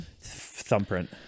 Thumbprint